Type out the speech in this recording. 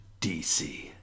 dc